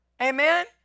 Amen